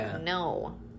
no